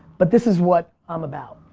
but this is what i'm about.